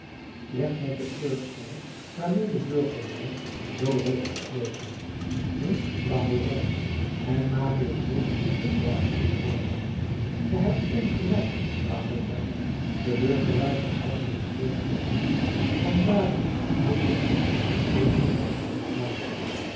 weg met het treurspel waarmeê de burgerlui zoo hoog loopen riep bahorel en marius hoorde combeferre antwoorden ge hebt ongelijk bahorel de burgerluidjes hebben het treurspel lief en daarom moet men hen op dit punt in rust laten